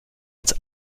als